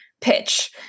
pitch